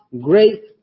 great